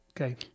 okay